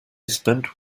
spent